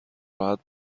راحت